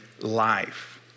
life